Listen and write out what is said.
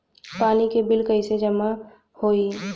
पानी के बिल कैसे जमा होयी?